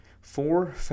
Four